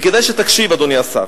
וכדאי שתקשיב, אדוני השר.